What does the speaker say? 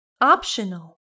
Optional